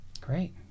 Great